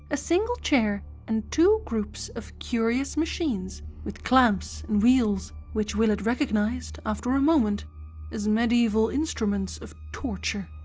a single chair, and two groups of curious machines with clamps and wheels, which willett recognised after a moment as mediaeval instruments of torture.